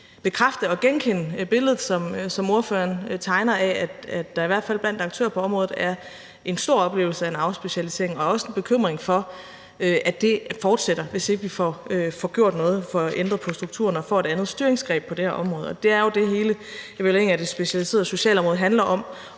kan bekræfte og genkende billedet, som ordføreren tegner, af, at der i hvert fald blandt aktører på området er en stor oplevelse af en afspecialisering og også en bekymring for, at det fortsætter, hvis ikke vi får gjort noget for at ændre på strukturerne og får et andet styringsgreb på det her område, og det er jo det, hele evalueringen af det specialiserede socialområde handler om,